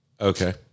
Okay